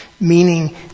meaning